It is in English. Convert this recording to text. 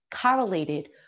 correlated